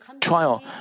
trial